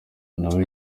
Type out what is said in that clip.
nawe